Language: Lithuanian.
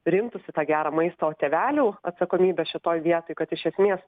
rinktųsi tą gerą maistą o tėvelių atsakomybė šitoj vietoj kad iš esmės